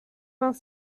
vingt